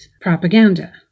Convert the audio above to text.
Propaganda